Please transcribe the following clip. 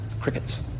Crickets